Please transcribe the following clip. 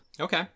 Okay